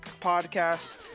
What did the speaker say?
podcast